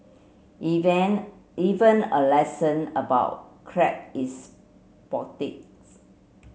even even a lesson about crab is poetics